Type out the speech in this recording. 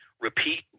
repeat